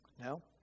No